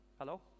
Hello